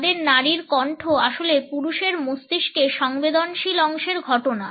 তাদের নারীর কণ্ঠ আসলে পুরুষের মস্তিষ্কের সংবেদনশীল অংশের ঘটনা